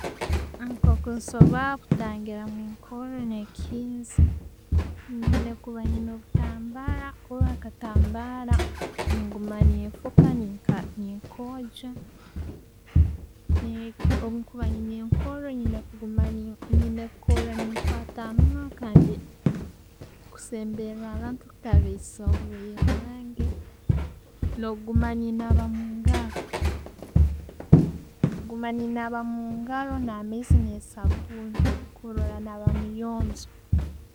Nkokusobora kutangira enkohoro ne'kihinzi, niina kuba ne'kitambara kuba akatambara nenguma nenfuka nenkogya. Obwenkuba nina enkohoro, nina kuba nenkwata hamunwa, kusembera abantu tubaisa oburwaire bwange, no'guma ne'naba mungaro. Guma ne naaba mungaro na maizi ne sabbuni kurora na; bamunyonyo.